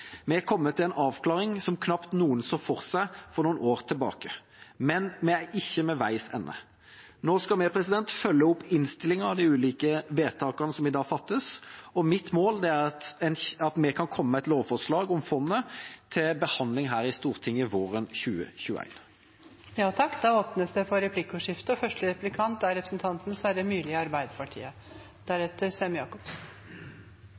Vi har kommet til en avklaring som knapt noen så for seg noen år tilbake. Men vi er ikke ved veis ende. Nå skal vi følge opp innstillinga og de ulike vedtakene som i dag fattes, og mitt mål er at vi kan komme med et lovforslag om fondet til behandling her i Stortinget våren 2021. Det blir replikkordskifte. Jeg er enig, det er en historisk dag: Nå blir Opplysningsvesenets fonds verdier delt mellom Den norske kirke og